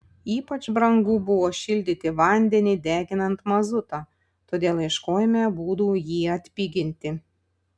ypač brangu buvo šildyti vandenį deginant mazutą todėl ieškojome būdų jį atpiginti